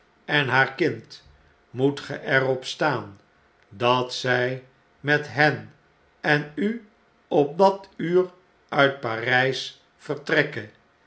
en haar kind moet gjj er op staan dat zjj met hen en u op dat uur uitparjj s vertrekke